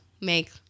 make